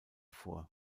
vor